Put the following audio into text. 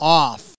off